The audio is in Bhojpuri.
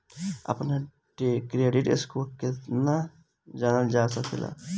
अपना क्रेडिट स्कोर केगा जानल जा सकेला?